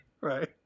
Right